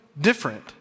different